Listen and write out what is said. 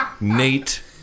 Nate